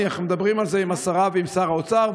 אנחנו מדברים על זה עם השרה ועם שר האוצר,